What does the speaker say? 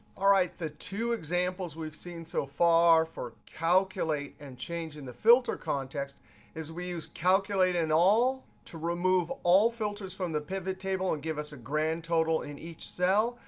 all right, the two examples we've seen so far for calculate and changing the filter context is we use calculate and all to remove all filters from the pivot table and give us a grand total in each cell.